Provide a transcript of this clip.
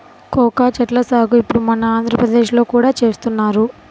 cocoa చెట్ల సాగు ఇప్పుడు మన ఆంధ్రప్రదేశ్ లో కూడా చేస్తున్నారు